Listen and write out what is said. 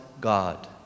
God